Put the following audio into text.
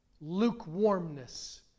lukewarmness